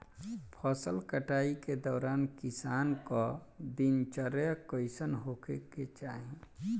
फसल कटाई के दौरान किसान क दिनचर्या कईसन होखे के चाही?